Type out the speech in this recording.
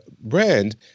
brand